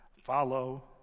Follow